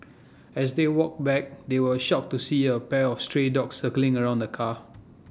as they walked back they were shocked to see A pack of stray dogs circling around the car